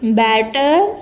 batter